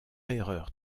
erreur